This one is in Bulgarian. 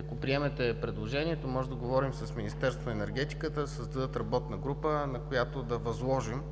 Ако приемете предложението, може да говорим с Министерство на енергетиката да създадат работна група, на която да възложим